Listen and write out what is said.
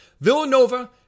Villanova